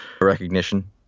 recognition